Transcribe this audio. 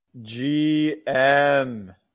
GM